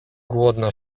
głodna